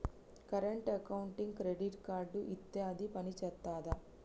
Current అకౌంట్కి credit card ఇత్తే అది పని చేత్తదా?